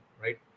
right